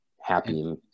happy